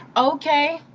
ok,